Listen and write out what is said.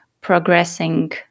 progressing